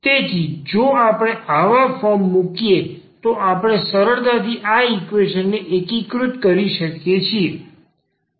તેથી જો આપણે આવા ફોર્મ મૂકીએ તો આપણે સરળતાથી આ ઈકવેશન ને એકીકૃત કરી શકીએ છીએ